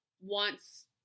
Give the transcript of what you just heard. wants